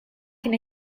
kien